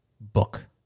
book